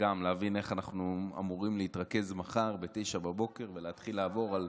איך אנחנו אמורים להתרכז מחר בשעה 09:00 ולהתחיל לעבור על